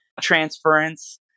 transference